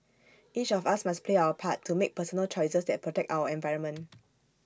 each of us must play our part to make personal choices that protect our environment